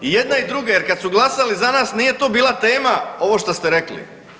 I jedne i druge jer kad su glasali za nas nije to bila tema ovo što ste rekli.